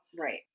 Right